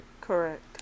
Correct